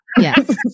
Yes